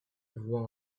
voit